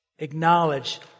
Acknowledge